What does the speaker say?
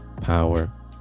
power